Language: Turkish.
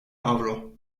avro